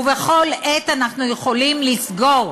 ובכל עת אנחנו יכולים לסגור,